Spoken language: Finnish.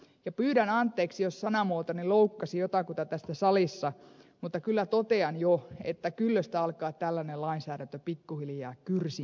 ja pyydän anteeksi jos sanamuotoni loukkasi jotakuta tässä salissa mutta kyllä totean jo että kyllöstä alkaa tällainen lainsäädäntö pikkuhiljaa kyrsiä